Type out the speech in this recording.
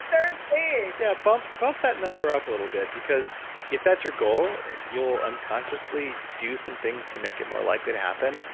start saying yeah. bump bump that number up a little bit, because if that's your goal, you'll unconsciously do some things to make it more likely to happen,